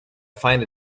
find